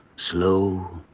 slow,